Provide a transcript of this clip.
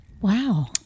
Wow